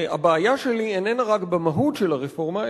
והבעיה שלי איננה רק במהות של הרפורמה,